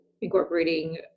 incorporating